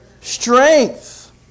strength